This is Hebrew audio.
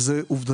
אף אחד